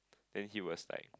then he was like